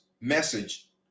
message